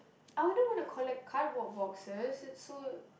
I wouldn't want to collect cardboard boxes it's so